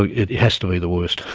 it has to be the worst.